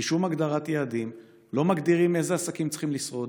בלי שום הגדרת יעדים: לא מגדירים איזה עסקים צריכים לשרוד,